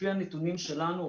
לפי הנתונים שלנו,